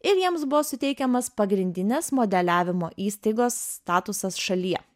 ir jiems buvo suteikiamas pagrindinės modeliavimo įstaigos statusas šalyje